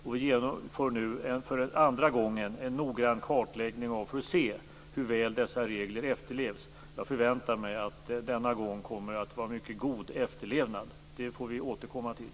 Vi genomför nu för andra gången en noggrann kartläggning för att se hur väl dessa regler efterlevs. Jag förväntar mig att det denna gång kommer att vara mycket god efterlevnad. Det får vi återkomma till.